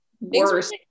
worse